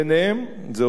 זה עוד לא הושלם,